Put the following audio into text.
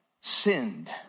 sinned